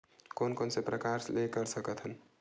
कोन कोन से प्रकार ले कर सकत हन?